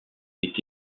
est